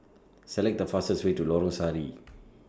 Select The fastest Way to Lorong Sari